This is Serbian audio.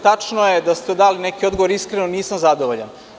Tačno je da ste dali neki odgovor, iskreno nisam zadovoljan.